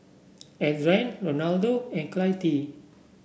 Adrain Ronaldo and Clytie